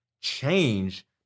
change